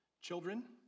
Children